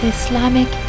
Islamic